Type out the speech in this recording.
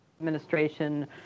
administration